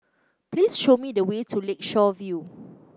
please show me the way to Lakeshore View